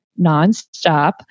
nonstop